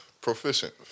proficient